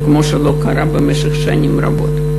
כמו שזה לא קרה במשך שנים רבות.